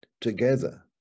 together